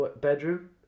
bedroom